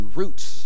roots